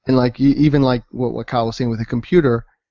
and like even like what what kyle was saying with the computer,